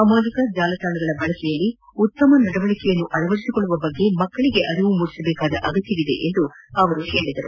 ಸಾಮಾಜಿಕ ಜಾಲತಾಣಗಳ ಬಳಕೆಯಲ್ಲಿ ಉತ್ತಮ ನಡವಳಕೆ ಅಳವಡಿಸಿಕೊಳ್ಳುವ ಬಗ್ಗೆ ಮಕ್ಕಳಿಗೆ ಅರಿವು ಮೂಡಿಸುವ ಅಗತ್ಯವಿದೆ ಎಂದು ಅವರು ಹೇಳಿದರು